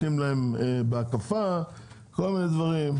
נותנים בהקפה וכל מיני דברים.